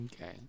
okay